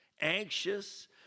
anxious